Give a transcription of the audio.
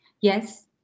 yes